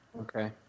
Okay